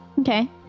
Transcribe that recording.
Okay